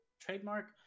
trademark